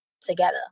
together